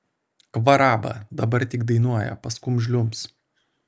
kvaraba dabar tik dainuoja paskum žliumbs